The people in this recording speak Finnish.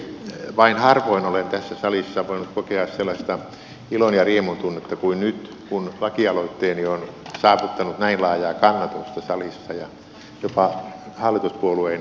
vain harvoin olen tässä salissa voinut kokea sellaista ilon ja riemun tunnetta kuin nyt kun laki aloitteeni on saavuttanut näin laajaa kannatusta salissa ja jopa hallituspuolueen edustajaa myöten